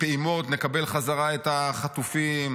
פעימות נקבל חזרה את החטופים,